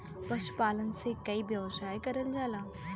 पशुपालन से कई व्यवसाय करल जाला